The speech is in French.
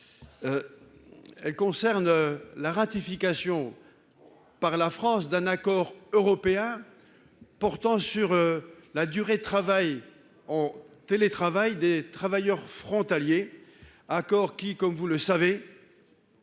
Elle concerne la ratification. Par la France d'un accord européen. Portant sur la durée de travail au télétravail des travailleurs frontaliers, accord qui comme vous le savez.